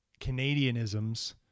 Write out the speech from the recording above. Canadianisms